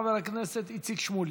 חבר הכנסת איציק שמולי.